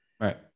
Right